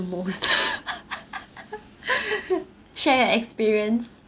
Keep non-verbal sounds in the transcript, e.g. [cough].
most [laughs] share your experience